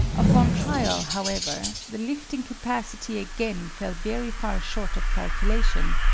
upon trial, however, the lifting capacity again fell very far short of calculation,